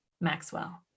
maxwell